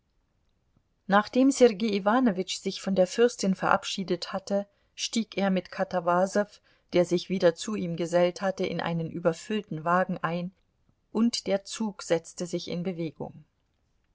nachdem sergei iwanowitsch sich von der fürstin verabschiedet hatte stieg er mit katawasow der sich wieder zu ihm gesellt hatte in einen überfüllten wagen ein und der zug setzte sich in bewegung